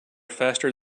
faster